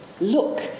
look